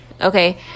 okay